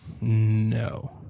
No